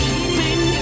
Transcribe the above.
Keeping